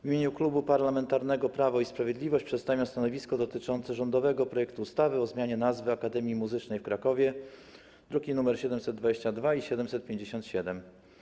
W imieniu Klubu Parlamentarnego Prawo i Sprawiedliwość przedstawiam stanowisko dotyczące rządowego projektu ustawy o zmianie nazwy Akademii Muzycznej w Krakowie, druki nr 722 i 757.